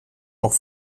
auch